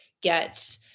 get